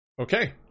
Okay